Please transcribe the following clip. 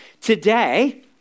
Today